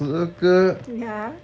十二个